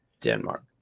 Denmark